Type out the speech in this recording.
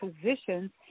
positions